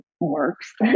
works